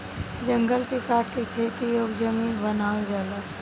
जंगल के काट के खेती योग्य जमीन बनावल जाता